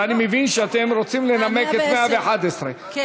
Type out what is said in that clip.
ואני מבין שאתם רוצים לנמק את 111. כן.